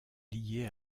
liés